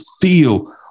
feel